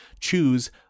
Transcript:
choose